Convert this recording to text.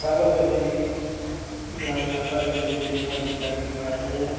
travel करने दी जां यात्रा करने दी साढ़ी जेह्ड़ी पलैनिगं ऐ